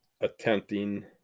attempting